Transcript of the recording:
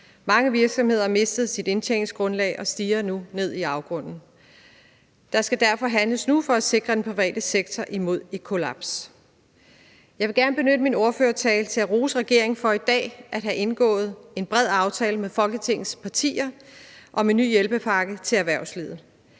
Mange virksomheder har mistet deres indtjeningsgrundlag og stirrer nu ned i afgrunden. Der skal derfor handles nu for at sikre den private sektor imod et kollaps. Jeg vil gerne benytte min ordførertale til at rose regeringen for i dag at have indgået en bred aftale med Folketingets partier om en ny hjælpepakke til erhvervslivet.